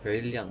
very 凉